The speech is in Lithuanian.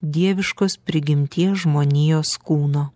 dieviškos prigimties žmonijos kūno